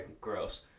gross